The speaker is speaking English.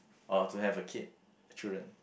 or to have a kid children